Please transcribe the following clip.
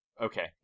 Okay